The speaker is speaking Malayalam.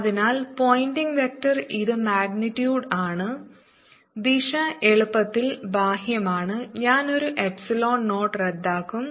അതിനാൽ പോയിന്റിംഗ് വെക്റ്റർ ഇത് മാഗ്നിറ്റ്യൂഡ് ആണ് ദിശ എളുപ്പത്തിൽ ബാഹ്യമാണ് ഞാൻ ഒരു എപ്സിലോൺ 0 റദ്ദാക്കും